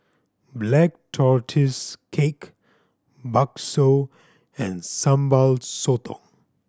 Black Tortoise Cake bakso and Sambal Sotong